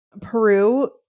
Peru